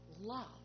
love